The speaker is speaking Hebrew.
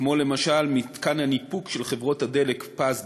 כמו למשל מתקן הניפוק של חברות הדלק "פז",